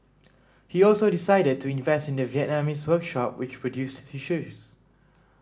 he also decided to invest in the Vietnamese workshop which produced his shoes